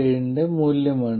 7 ന്റെ മൂല്യമാണ്